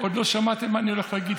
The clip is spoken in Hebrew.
עוד לא שמעתם מה אני הולך להגיד.